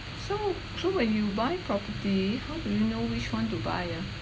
so so when you buy property how do you know which one to buy ah